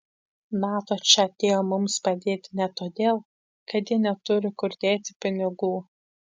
nato čia atėjo mums padėti ne todėl kad jie neturi kur dėti pinigų